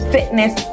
Fitness